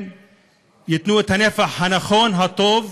ייתנו את הנפח הנכון, הטוב